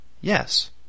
Yes